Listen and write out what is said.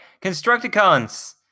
Constructicons